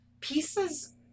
pieces